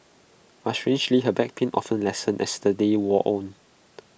but strangely her back pain often lessened as the day wore on